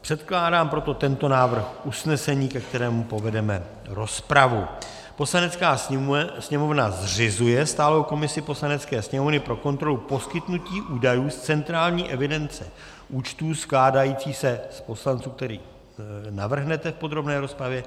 Předkládám proto tento návrh usnesení, ke kterému povedeme rozpravu: Poslanecká sněmovna zřizuje stálou komisi Poslanecké sněmovny pro kontrolu poskytnutí údajů z centrální evidence účtů skládající se z poslanců, které navrhnete v podrobné rozpravě.